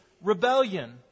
rebellion